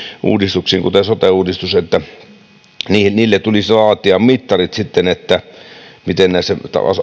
uudistuksiin kuten sote uudistukseen että niille tulisi laatia mittarit miten näissä